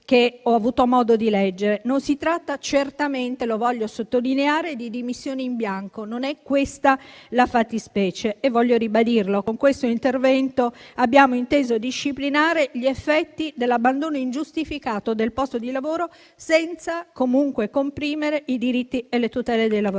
Non si tratta certamente - lo voglio sottolineare - di dimissioni in bianco. Non è questa la fattispecie e voglio ribadirlo. Con questo intervento abbiamo inteso disciplinare gli effetti dell'abbandono ingiustificato del posto di lavoro, senza comunque comprimere i diritti e le tutele dei lavoratori.